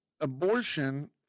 abortion